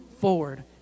forward